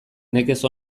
nekez